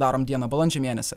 darom dieną balandžio mėnesį